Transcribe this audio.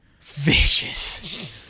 vicious